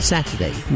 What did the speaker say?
Saturday